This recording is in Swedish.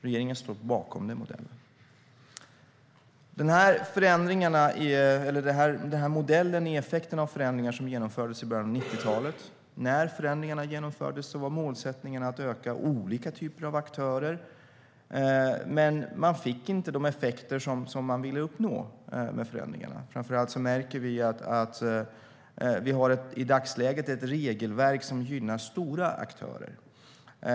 Regeringen står bakom den modellen. Modellen är en effekt av förändringar som genomfördes i början av 90-talet. När dessa förändringar genomfördes var målsättningen ökningar för olika typer av aktörer, men man fick inte de effekter som man ville uppnå med förändringarna. Framför allt märker vi att vi i dagsläget har ett regelverk som gynnar stora aktörer.